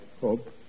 hope